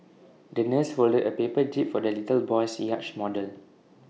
the nurse folded A paper jib for the little boy's yacht model